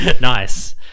Nice